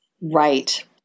right